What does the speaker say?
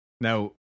Now